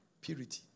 Purity